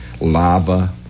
lava